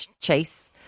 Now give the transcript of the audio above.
Chase